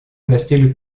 достигли